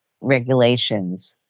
regulations